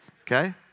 okay